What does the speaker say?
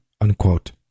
unquote